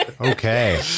Okay